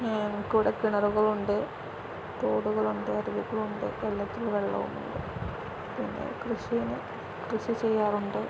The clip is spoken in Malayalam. കൂടെ കിണറുകൾ ഉണ്ട് തോടുകളുണ്ട് അരുവികൾ ഉണ്ട് വള്ളത്തിന് വെള്ളവും ഉണ്ട് പിന്നെ കൃഷിയെ കൃഷി ചെയ്യാറുമുണ്ട്